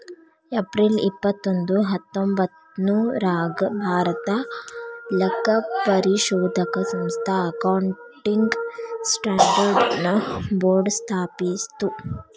April ಇಪ್ಪತ್ತೊಂದು ಹತ್ತೊಂಭತ್ತ್ನೂರಾಗ್ ಭಾರತಾ ಲೆಕ್ಕಪರಿಶೋಧಕ ಸಂಸ್ಥಾ ಅಕೌಂಟಿಂಗ್ ಸ್ಟ್ಯಾಂಡರ್ಡ್ ನ ಬೋರ್ಡ್ ಸ್ಥಾಪಿಸ್ತು